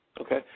Okay